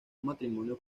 matrimonio